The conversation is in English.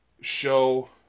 Show